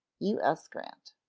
u s. grant.